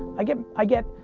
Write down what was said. i get, i get,